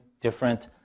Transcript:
different